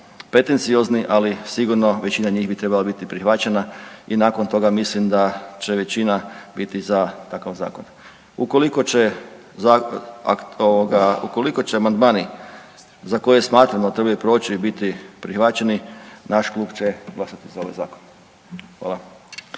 pretenciozni, ali sigurno većina njih bi trebala biti prihvaćena i nakon toga mislim da će većina biti za takav zakon. Ukoliko će zakon, ukoliko će amandmani za koje smatramo da trebaju proći biti prihvaćeni, naš klub će glasati za ovaj Zakon. Hvala.